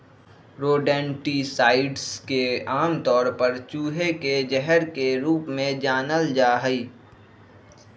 rodenticides के आमतौर पर चूहे के जहर के रूप में जानल जा हई